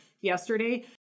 yesterday